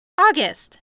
August